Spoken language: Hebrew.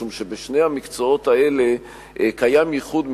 משום שבשני המקצועות האלה קיים ייחוד,